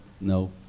no